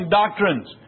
doctrines